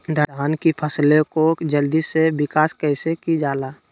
धान की फसलें को जल्दी से विकास कैसी कि जाला?